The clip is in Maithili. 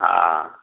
हँ